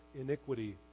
iniquity